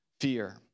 fear